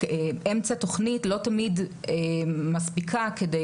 אמצע תוכנית לא תמיד מספיקה כדי